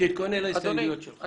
תתכונן להסתייגויות שלך.